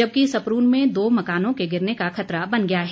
जबकि सपरून में दो मकानों के गिरने का खतरा बन गया है